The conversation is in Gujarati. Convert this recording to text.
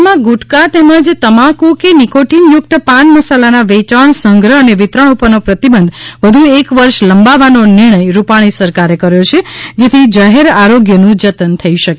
રાજ્યમાં ગુટકા તેમજ તમાકુ કે નીકોટીન યુક્ત પાન મસાલાના વેચાણ સંગ્રહ અને વિતરણ ઉપરનો પ્રતિબંધ વધુ એક વર્ષ લંબાવવાનો નિર્ણય રૂપાણી સરકારે કર્યો છે જેથી જાહેર આરોગ્યનું જતન થઈ શકે